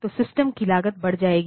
तो सिस्टम की लागत बढ़ जाएगी